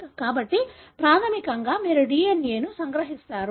కాబట్టి ప్రాథమికంగా మీరు DNA ను సంగ్రహిస్తారు